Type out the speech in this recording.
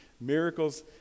Miracles